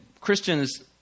Christians